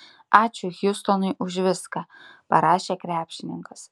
ačiū hjustonui už viską parašė krepšininkas